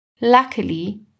Luckily